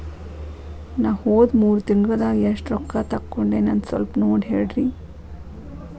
ನಾ ಹೋದ ಮೂರು ತಿಂಗಳದಾಗ ಎಷ್ಟು ರೊಕ್ಕಾ ತಕ್ಕೊಂಡೇನಿ ಅಂತ ಸಲ್ಪ ನೋಡ ಹೇಳ್ರಿ